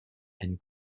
and